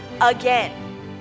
again